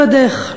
לבדך,